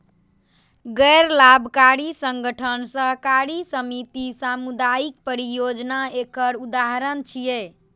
गैर लाभकारी संगठन, सहकारी समिति, सामुदायिक परियोजना एकर उदाहरण छियै